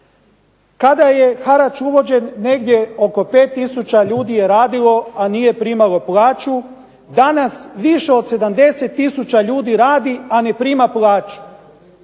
Kada je harač uvođen negdje oko 5 tisuća ljudi je radilo, a nije primalo plaću. Danas više od 70 tisuća ljudi radi, a ne prima plaću.